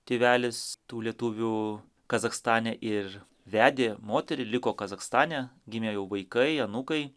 tėvelis tų lietuvių kazachstane ir vedė moterį liko kazachstane gimė jau vaikai anūkai